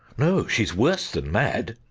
no, she's worse than mad.